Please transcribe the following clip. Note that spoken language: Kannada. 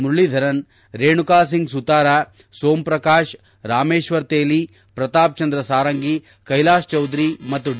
ಮುರಳೀಧರನ್ ರೇಣುಕ ಸಿಂಗ್ ಸುತಾರ ಸೋಮ್ ಪ್ರಕಾಶ್ ರಾಮೇಶ್ವರ್ ತೇಲಿ ಪ್ರತಾಪ್ ಚಂದ್ರ ಸಾರಂಗಿ ಕೈಲಾಷ್ ಚೌಧರಿ ಮತ್ತು ಡಿ